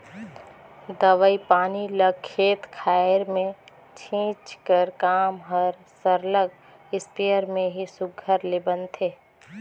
दवई पानी ल खेत खाएर में छींचई कर काम हर सरलग इस्पेयर में ही सुग्घर ले बनथे